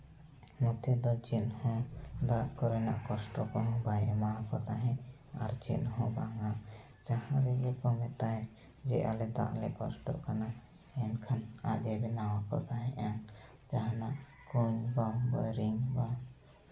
ᱱᱚᱛᱮ ᱫᱚ ᱪᱮᱫ ᱦᱚᱸ ᱫᱟᱜ ᱠᱚᱨᱮᱱᱟᱜ ᱠᱚᱥᱴᱚ ᱠᱚᱦᱚᱸ ᱵᱟᱭ ᱮᱢᱟᱠᱚ ᱛᱟᱦᱮᱸᱫ ᱟᱨ ᱪᱮᱫ ᱦᱚᱸ ᱵᱟᱝᱟ ᱡᱟᱦᱟᱸ ᱨᱮᱜᱮ ᱠᱚ ᱢᱮᱛᱟᱭ ᱡᱮ ᱟᱞᱮ ᱫᱟᱜ ᱞᱮ ᱠᱚᱥᱴᱚᱜ ᱠᱟᱱᱟ ᱢᱮᱱᱠᱷᱟᱱ ᱟᱡ ᱮ ᱵᱮᱱᱟᱣ ᱟᱠᱚ ᱠᱟᱱ ᱛᱟᱦᱮᱸᱫᱼᱟ ᱡᱟᱦᱟᱱᱟᱜ ᱠᱚ ᱵᱳᱭᱨᱤᱝ ᱠᱚ